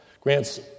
Grant's